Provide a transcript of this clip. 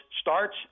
starts